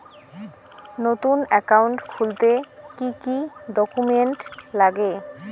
নতুন একাউন্ট খুলতে কি কি ডকুমেন্ট লাগে?